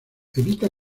evita